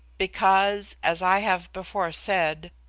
because, as i have before said,